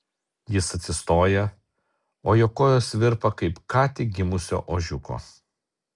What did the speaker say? jis atsistoja o jo kojos virpa kaip ką tik gimusio ožiuko